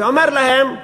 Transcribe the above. ואמרו להן: